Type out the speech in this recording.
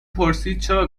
پرسیدچرا